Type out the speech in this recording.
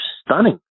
stunning